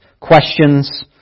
questions